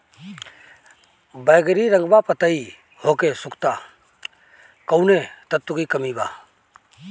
बैगरी रंगवा पतयी होके सुखता कौवने तत्व के कमी बा?